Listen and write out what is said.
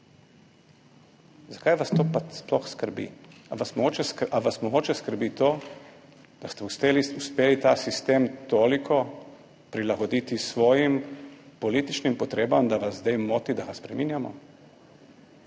Zakaj vas to sploh skrbi? Ali vas mogoče skrbi to, da ste uspeli ta sistem toliko prilagoditi svojim političnim potrebam, da vas zdaj moti, da ga spreminjamo?